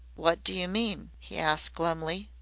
what do you mean? he asked glumly.